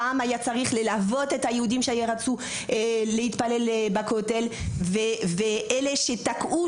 פעם היה צריך ליווי ליהודים שרצו ללכת לכותל ואלה שתקעו